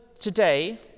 today